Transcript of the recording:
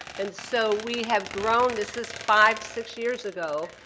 and so we have grown, this is five, six years ago,